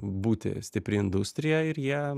būti stipri industrija ir jie